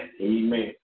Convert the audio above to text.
Amen